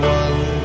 one